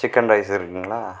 chicken rice இருக்குங்களா